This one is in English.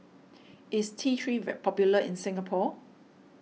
is T three vet popular in Singapore